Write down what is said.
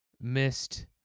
missed